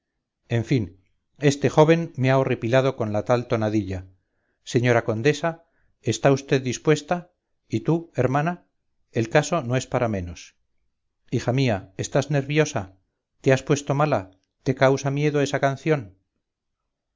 en fin este joven me ha horripilado con la tal tonadilla señora condesa está vd indispuesta y tú hermana el caso no es para menos hija mía estás nerviosa te has puesto mala te causa miedo esa canción